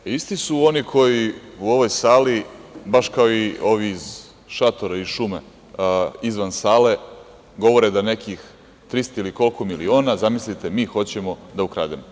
Isti su oni koji u ovoj sali, baš kao i ovi iz šatora, iz šume, izvan sale, govore da nekih 300 ili koliko miliona, zamislite, mi hoćemo da ukrademo.